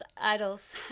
idols